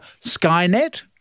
Skynet